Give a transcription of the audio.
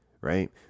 right